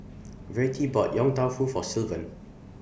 Vertie bought Yong Tau Foo For Sylvan